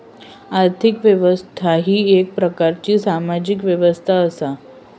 आर्थिक व्यवस्था ही येक प्रकारची सामाजिक व्यवस्था असा